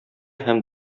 һәм